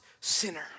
sinner